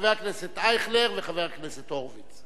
חבר הכנסת אייכלר וחבר הכנסת הורוביץ.